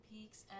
Peaks